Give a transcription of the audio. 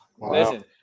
listen